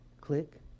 Click